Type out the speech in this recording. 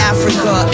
Africa